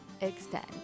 extend